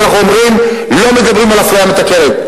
אנחנו אומרים: לא מדברים על אפליה מתקנת.